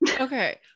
Okay